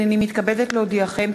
הנני מתכבדת להודיעכם,